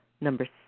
number